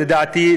לדעתי,